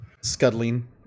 scuttling